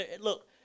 look